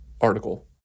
article